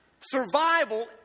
survival